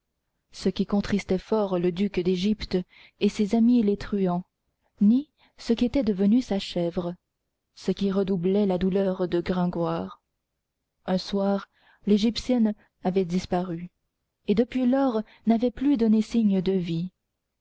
ce qui contristait fort le duc d'égypte et ses amis les truands ni ce qu'était devenue sa chèvre ce qui redoublait la douleur de gringoire un soir l'égyptienne avait disparu et depuis lors n'avait plus donné signe de vie